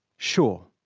sure,